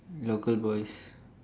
local boys